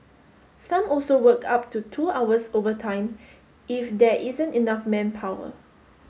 some also work up to two hours overtime if there isn't enough manpower